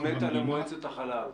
מונית למועצת החלב...